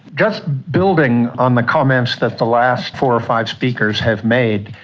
just building on the comments that the last four or five speakers have made,